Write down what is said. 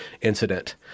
incident